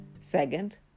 Second